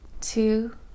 two